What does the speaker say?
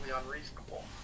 unreasonable